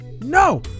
No